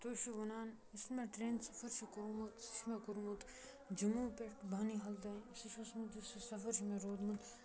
تُہۍ چھِو وَنان یُس مےٚ ٹرینہِ سَفر چھُ کوٚرمُت سُہ چھُ مےٚ کوٚرمُت جموں پٮ۪ٹھٕ بانِحال تانۍ سُہ چھُ آسان سُہ سَفر چھُ مےٚ روٗدمُت